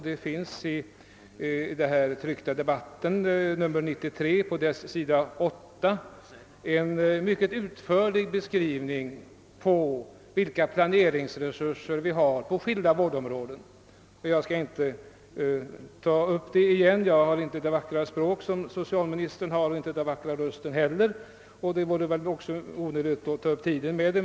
I Riksdagsdebaiterna nummer 93, sid. 8, finns en mycket utförlig beskrivning av vilka planeringsresurser vi har på skilda områden. Jag skall inte relatera det igen; jag har inte det vackra språk som socialministern har och inte heller hans vackra röst, och det är väl också onödigt att ta upp tiden med det.